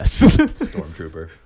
Stormtrooper